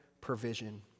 provision